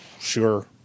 Sure